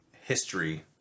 history